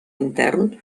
intern